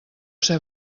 ser